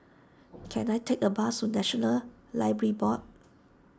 can I take a bus National Library Board